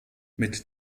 mit